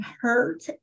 hurt